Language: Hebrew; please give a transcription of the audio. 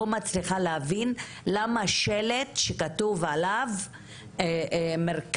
אני לא מצליחה להבין למה שלט שכתוב עליו מרכז